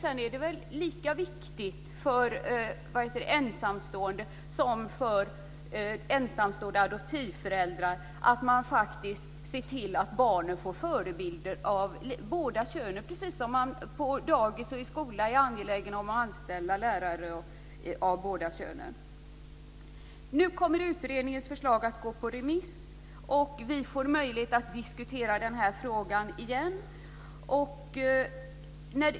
Det är lika viktigt för ensamstående föräldrar som för ensamstående adoptivföräldrar att se till att barnen får förebilder från båda könen, precis som att man på dagis och i skolor är angelägen om att anställa lärare av båda könen.